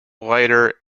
lighter